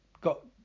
got